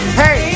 hey